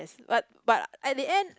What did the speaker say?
but but at the end